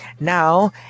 Now